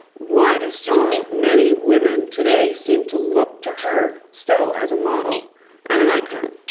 why do so many women today seem to look to her still as a model and an icon?